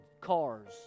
cars